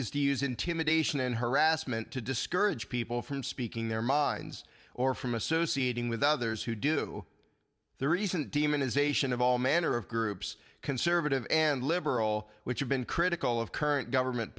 is to use intimidation and harassment to discourage people from speaking their minds or from associating with others who do the recent demonization of all manner of groups conservative and liberal which have been critical of current government